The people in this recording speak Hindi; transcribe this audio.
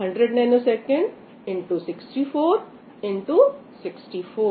100 ns 64 64